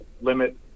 limit